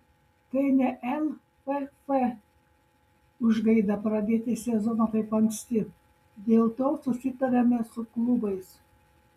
tai ne lff užgaida pradėti sezoną taip anksti dėl to susitarėme su klubais